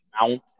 mount